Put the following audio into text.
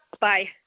Bye